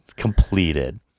completed